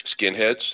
skinheads